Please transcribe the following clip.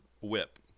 whip